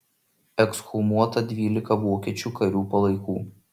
ekshumuota dvylika vokiečių karių palaikų